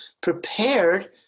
prepared